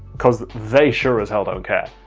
cause they sure as hell don't care.